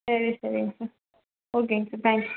சரி சரிங்க சார் ம் ஓகேங்க சார் தேங்க்ஸ்